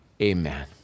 amen